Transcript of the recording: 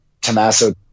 Tommaso